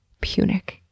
Punic